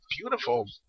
beautiful